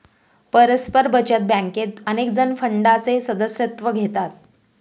परस्पर बचत बँकेत अनेकजण फंडाचे सदस्यत्व घेतात